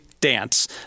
dance